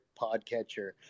podcatcher